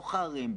בתוך הערים,